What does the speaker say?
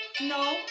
No